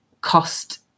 cost